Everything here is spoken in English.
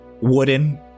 wooden